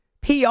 PR